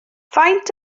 faint